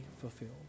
fulfilled